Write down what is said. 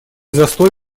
застой